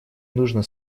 нужно